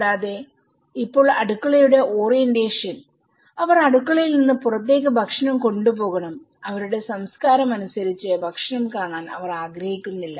കൂടാതെ ഇപ്പോൾ അടുക്കളകളുടെ ഓറിയന്റേഷൻ അവർ അടുക്കളയിൽ നിന്ന് പുറത്തേക്ക് ഭക്ഷണം കൊണ്ടുപോകണം അവരുടെ സംസ്കാരം അനുസരിച്ചു ഭക്ഷണം കാണാൻ അവർ ആഗ്രഹിക്കുന്നില്ല